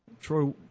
Troy